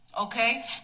okay